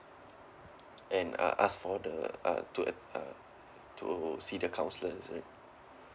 and uh ask for the uh to uh to see the counsellor is it